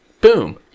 boom